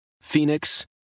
Phoenix